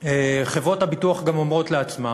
חברות הביטוח גם אומרות לעצמן: